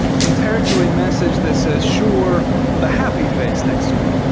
compared to a message that says sure with a happy face next to it,